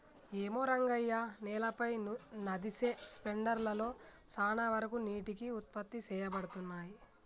ఏమో రంగయ్య నేలపై నదిసె స్పెండర్ లలో సాన వరకు నీటికి ఉత్పత్తి సేయబడతున్నయి